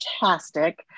fantastic